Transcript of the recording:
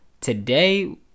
Today